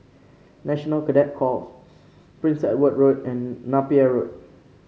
National Cadet Corps Prince Edward Road and Napier Road